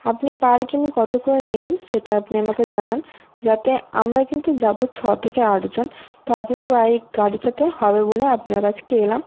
আপনি পার কিমি কত করে নেবেন সেটা আপনি আমাকে জানান যাতে আমরা কিন্তু যাবো ছ থেকে আটজন তো আপনার বাইক গাড়িটাতে হবে বলে আপনার কাছকে এলাম